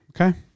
Okay